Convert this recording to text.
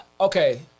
okay